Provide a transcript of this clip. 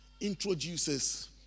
introduces